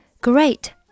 Great